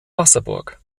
wasserburg